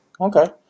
Okay